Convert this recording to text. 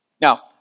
Now